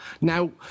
Now